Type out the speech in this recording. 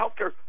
healthcare